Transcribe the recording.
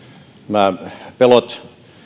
nämä huolet nämä pelot